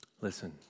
Listen